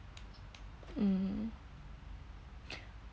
mm